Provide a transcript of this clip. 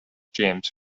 james